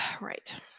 Right